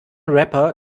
rapper